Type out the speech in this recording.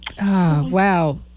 wow